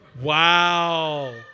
Wow